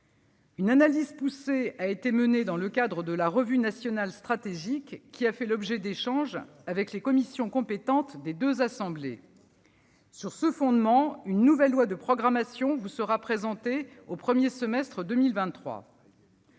Une analyse poussée a été menée dans le cadre de la revue stratégique de défense et de sécurité nationale qui a fait l'objet d'échanges avec les commissions compétentes des deux assemblées. Sur ce fondement, une nouvelle loi de programmation vous sera présentée au premier semestre 2023.